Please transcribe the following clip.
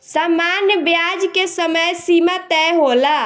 सामान्य ब्याज के समय सीमा तय होला